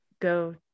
go